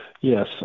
Yes